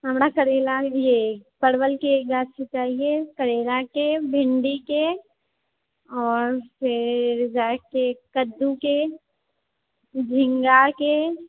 हमरा करैलाके लिए परवलके एक गाछ चाहिए करैलाके भिण्डीके आओर जे छै कद्दूके झिङ्गाके